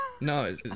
No